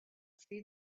see